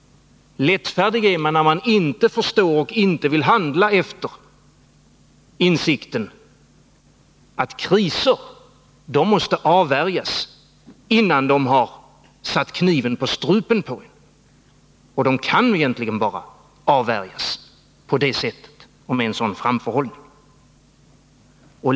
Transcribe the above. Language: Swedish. Lättfärdig är man när man inte förstår och inte vill handla efter insikten att kriser måste avvärjas innan de har satt kniven på strupen på en. Och det kan egentligen bara avvärjas på det sättet och med en sådan framförhållning.